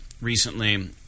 recently